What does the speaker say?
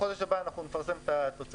בחודש הבא נפרסם את התוצאות.